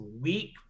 weak